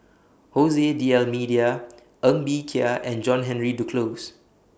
Jose D'almeida Ng Bee Kia and John Henry Duclos